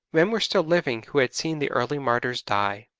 men were still living who had seen the early martyrs die.